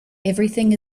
everything